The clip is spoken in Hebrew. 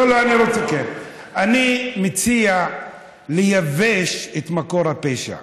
אני מציע לייבש את מקור הפשע.